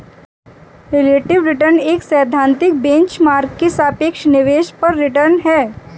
relative return एक सैद्धांतिक benchmark के सापेक्ष निवेश पर रिटर्न है